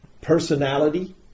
personality